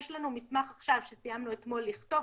יש לנו מסמך עכשיו שסיימנו אתמול לכתוב.